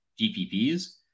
gpps